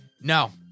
No